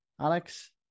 Alex